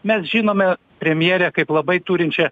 mes žinome premjerę kaip labai turinčią